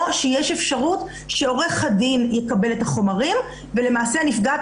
יש אפשרות שעורך-הדין יקבל את החומרים ולמעשה הנפגעת